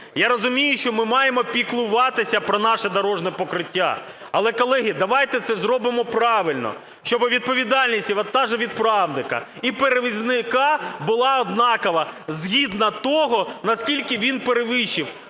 я розумію, що ми маємо піклуватися про наше дорожнє покриття. Але, колеги, давайте це зробимо правильно, щоб відповідальність і вантажовідправника, і перевізника була однакова, згідно того, наскільки він перевищив,